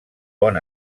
bon